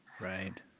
right